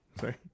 sorry